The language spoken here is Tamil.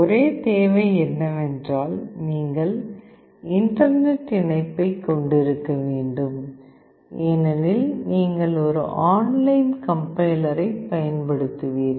ஒரே தேவை என்னவென்றால் நீங்கள் இன்டர்நெட் இணைப்பைக் கொண்டிருக்க வேண்டும் ஏனெனில் நீங்கள் ஒரு ஆன்லைன் கம்பைலர் பயன்படுத்துவீர்கள்